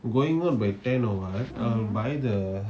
going on by ten or what um buy the